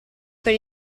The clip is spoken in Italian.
per